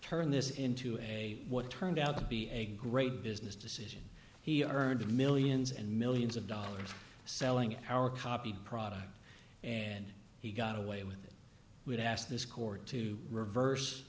turn this into a what turned out to be a great business decision he earned millions and millions of dollars selling our copy product and he got away with it would ask this court to reverse